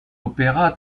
opéra